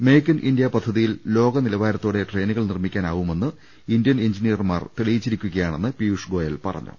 make in India പദ്ധതിയിൽ ലോകനിലവാരത്തോടെ ട്രെയിനുകൾ നിർമ്മിക്കാനാവുമെന്ന് ഇന്ത്യൻ എഞ്ചിനീ യർമാർ തെളിയിച്ചിരിക്കുകയാണെന്ന് പീയൂഷ് ഗോയൽ പറഞ്ഞു